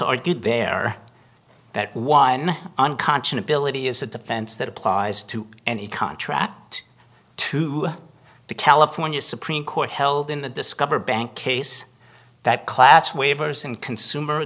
argued there that one unconscionable it is a defense that applies to any contract to the california supreme court held in the discover bank case that class waivers and consumer